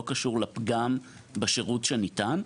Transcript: לא קשור לפגם בשירות שניתן.